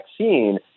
vaccine